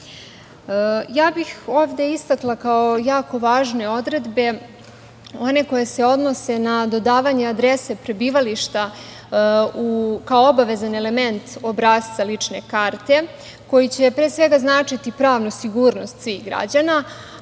bih ovde istakla kao jako važne odredbe one koje se odnose na dodavanje adrese prebivališta kao obavezan element obrasca lične karte, koji će, pre svega, značiti pravnu sigurnost svih građana,